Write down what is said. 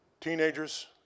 teenagers